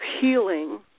healing